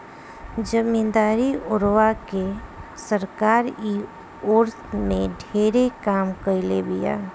जमीदारी ओरवा के सरकार इ ओर में ढेरे काम कईले बिया